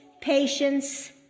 patience